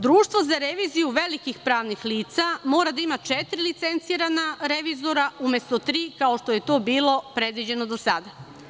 Društvo za reviziju velikih pravnih lica mora da ima četiri licencirana revizora umesto tri, kao što je to bilo predviđeno do sada.